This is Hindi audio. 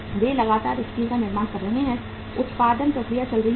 वे लगातार स्टील का निर्माण कर रहे हैं उत्पादन प्रक्रिया चल रही है